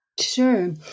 Sure